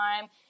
time